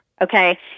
okay